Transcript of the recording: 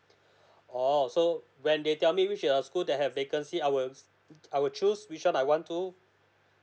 oh so when they tell me which are the school that have vacancy I will I will choose which one I want to